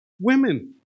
women